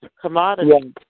commodities